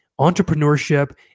entrepreneurship